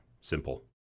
simple